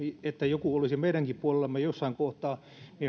että joku olisi meidänkin puolellamme jossain kohtaa